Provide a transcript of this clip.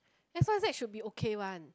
that's why I said should be okay one